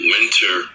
Winter